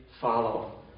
follow